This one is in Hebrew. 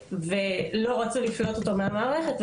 ולא רצו לפלוט אותו מהמערכת,